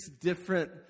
different